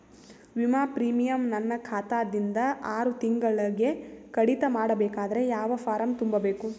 ವಿಮಾ ಪ್ರೀಮಿಯಂ ನನ್ನ ಖಾತಾ ದಿಂದ ಆರು ತಿಂಗಳಗೆ ಕಡಿತ ಮಾಡಬೇಕಾದರೆ ಯಾವ ಫಾರಂ ತುಂಬಬೇಕು?